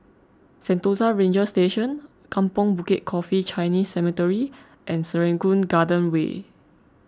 Sentosa Ranger Station Kampong Bukit Coffee Chinese Cemetery and Serangoon Garden Way